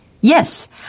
Yes